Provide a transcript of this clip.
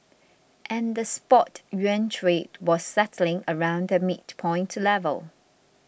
and the spot yuan trade was settling around the midpoint level